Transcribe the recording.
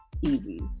easy